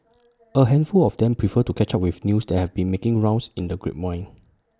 A handful of them prefer to catch up with news that have been making rounds in the grapevine